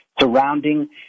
Surrounding